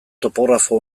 topografo